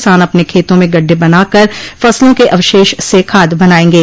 किसान अपने खेतों में गडढे बना कर फसलों के अवशेष से खाद बनायेंगे